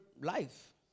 life